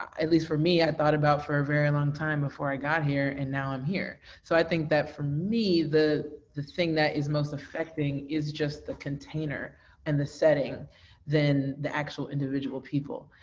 least, for me, i thought about for a very long time before i got here and now i'm here. so i think that for me, the the thing that is most affecting is just the container and the setting than the actual individual people.